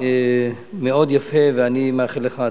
מאוד יפה, ואני מאחל לך הצלחה.